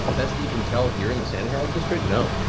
best that you can tell here in the sand herald district, no.